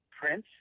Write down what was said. Prince